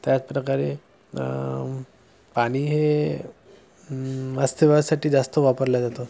त्याचप्रकारे पाणी हे अस्तित्वासाठी जास्त वापरल्या जातो